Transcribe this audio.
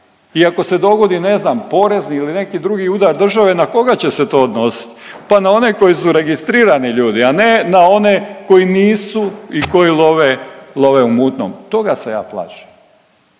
i ako se dogodi, ne znam, porez ili neki drugi udar države, na koga će se to odnositi? Pa na one koji su registrirani ljudi, a ne na one koji nisu i koji love u mutnom. Toga se ja plašim.